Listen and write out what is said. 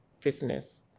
Business